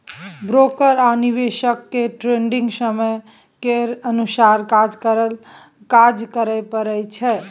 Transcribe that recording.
broker आ निवेशक केँ ट्रेडिग समय केर अनुसार काज करय परय छै